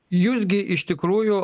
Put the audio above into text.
jūs gi iš tikrųjų